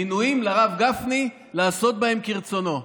מינויים לרב גפני לעשות בהם כרצונו?